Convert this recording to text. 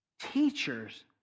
teachers